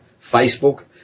Facebook